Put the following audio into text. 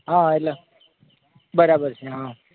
હા એટલે બરાબર છે હા